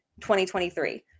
2023